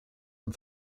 and